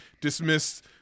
dismiss